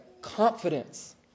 confidence